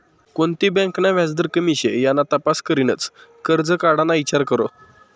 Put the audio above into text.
कोणती बँक ना व्याजदर कमी शे याना तपास करीनच करजं काढाना ईचार करो